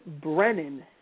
Brennan